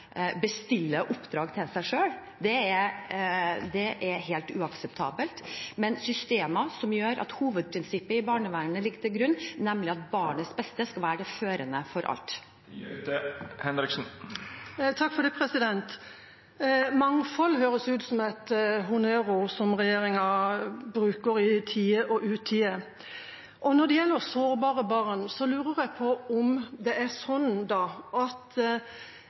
bestille oppdrag til seg selv – det er helt uakseptabelt – men systemer som gjør at hovedprinsippet i barnevernet ligger til grunn, nemlig at barnets beste skal være det førende for alt. Mangfold høres ut som et honnørord som regjeringa bruker i tide og utide. Når det gjelder sårbare barn, lurer jeg på om regjeringa og staten har problemer, innenfor det